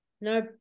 No